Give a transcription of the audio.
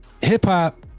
hip-hop